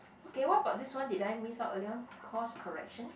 okay what about this one did I miss out earlier on course correction